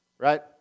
Right